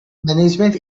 management